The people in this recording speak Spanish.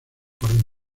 coruña